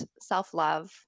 self-love